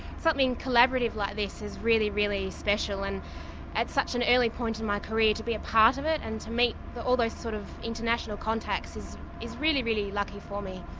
something collaborative like this is really, really special, and at such an early point in my career, to be a part of it and to meet all those sort of international contacts is is really, really lucky for me.